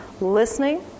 listening